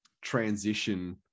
transition